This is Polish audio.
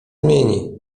zmieni